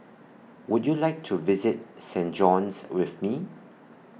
Would YOU like to visit Saint John's with Me